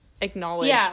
acknowledge